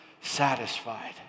satisfied